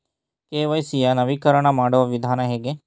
KYC ಯ ನವೀಕರಣ ಮಾಡುವ ವಿಧಾನ ಹೇಗೆ?